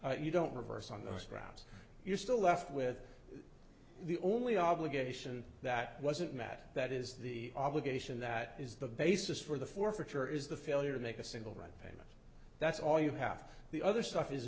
you don't reverse on those grounds you're still left with the only obligation that wasn't matt that is the obligation that is the basis for the forfeiture is the failure to make a single right pane that's all you have the other stuff is